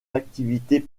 activités